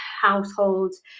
households